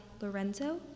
Lorenzo